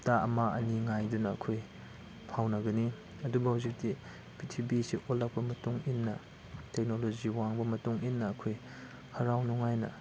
ꯊꯥ ꯑꯃ ꯑꯅꯤ ꯉꯥꯏꯗꯨꯅ ꯑꯩꯈꯣꯏ ꯐꯥꯎꯅꯒꯅꯤ ꯑꯗꯨꯕꯨ ꯍꯧꯖꯤꯛꯇꯤ ꯄ꯭ꯔꯤꯊꯤꯕꯤꯁꯤ ꯑꯣꯜꯂꯛꯄ ꯃꯇꯨꯡ ꯏꯟꯅ ꯇꯦꯛꯅꯣꯂꯣꯖꯤ ꯋꯥꯡꯕ ꯃꯇꯨꯡ ꯏꯟꯅ ꯑꯩꯈꯣꯏ ꯍꯔꯥꯎ ꯅꯨꯡꯉꯥꯏꯅ